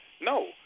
No